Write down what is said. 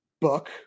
book